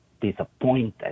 disappointed